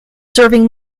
serving